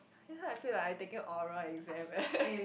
ya I feel like I taking oral exam eh